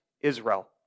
Israel